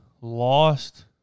lost